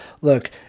Look